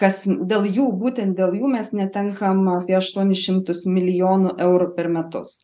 kas dėl jų būtent dėl jų mes netenkam apie aštuonis šimtus milijonų eurų per metus